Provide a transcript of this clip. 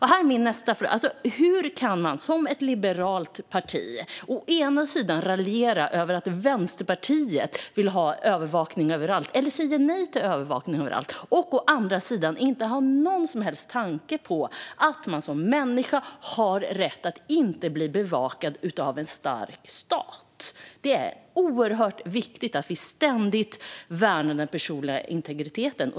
Hur kan man som ett liberalt parti å ena sidan raljera över att Vänsterpartiet vill ha övervakning överallt eller säger nej till övervakning överallt och å andra sidan inte ha någon som helst tanke på att människor har rätt att inte bli bevakade av en stark stat? Det är oerhört viktigt att vi ständigt värnar den personliga integriteten.